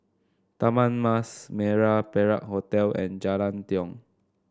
Taman Mas Merah Perak Hotel and Jalan Tiong